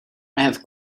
have